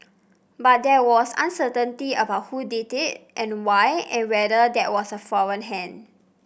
but there was uncertainty about who did it and why and whether that was a foreign hand